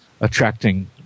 attracting